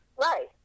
Right